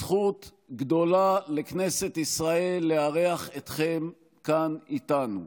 זכות גדולה לכנסת ישראל לארח אתכם כאן איתנו.